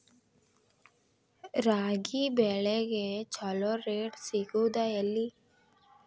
ರಾಗಿ ಬೆಳೆಗೆ ಛಲೋ ರೇಟ್ ಸಿಗುದ ಎಲ್ಲಿ?